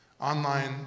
Online